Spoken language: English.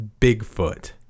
Bigfoot